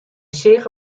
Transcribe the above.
seach